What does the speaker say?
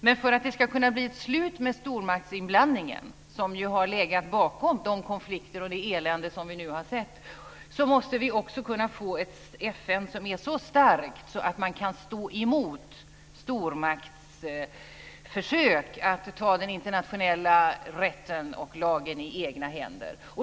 Men för att vi ska kunna bidra till att det blir slut med stormaktsinblandningen, som ju har legat bakom de konflikter och det elände som vi nu har sett, måste vi också kunna få ett FN som är så starkt att man kan stå emot stormaktsförsök att ta den internationella rätten och lagen i egna händer.